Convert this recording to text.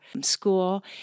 school